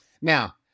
Now